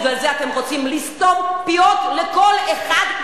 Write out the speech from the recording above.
בגלל זה אתם רוצים לסתום פיות לכל אחד,